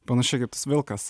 panašiai kaip tas vilkas